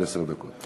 עד עשר דקות.